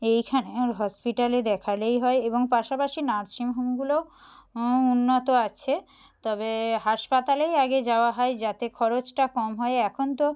এইখানের হসপিটালে দেখালেই হয় এবং পাশাপাশি নার্সিংহোমগুলো উন্নত আছে তবে হাসপাতালেই আগে যাওয়া হয় যাতে খরচটা কম হয় এখন তো